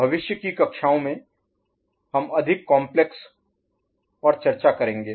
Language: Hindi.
भविष्य की कक्षाओं में हम अधिक काम्प्लेक्स पर चर्चा करेंगे